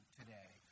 today